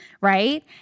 right